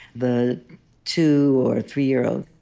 the two or three-year-old,